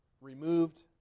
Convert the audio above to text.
removed